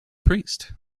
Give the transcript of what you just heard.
priest